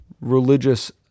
religious